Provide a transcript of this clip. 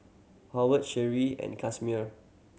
Howard Sherie and Casimer